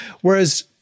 Whereas